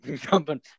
Jumping